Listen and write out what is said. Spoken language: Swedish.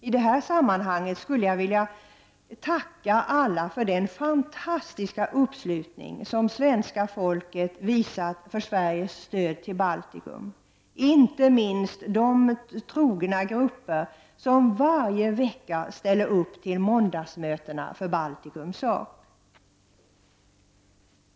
I detta sammanhang skulle jag vilja tacka för den fantastiska uppslutning som svenska folket visat för Sveriges stöd till Baltikum, inte minst de trogna grupper som varje vecka ställer upp till måndagsmöten för Baltikums sak.